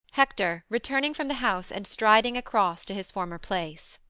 hector returning from the house and striding across to his former place.